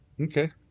okay